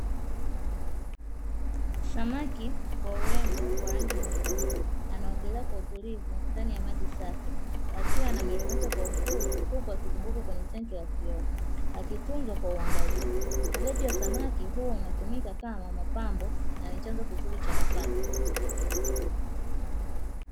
Samaki wa urembo wa rangi nyekundu anaogolea kwa utulivu ndani ya maji safi akiwa anameremeta kwa uzuri, huku akizunguka kwenye tangi la kioo akitunzwa kwa uangalifu, utunzaji wa samaki huu hutumika kama mapambo na ni chanzo kizuri cha mapato.